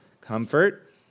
comfort